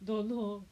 don't know